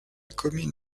commune